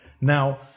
Now